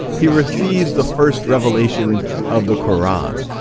he receives the first revelations of the quran,